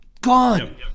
gone